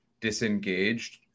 disengaged